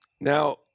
Now